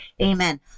Amen